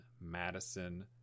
Madison